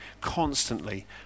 constantly